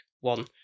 one